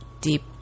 deep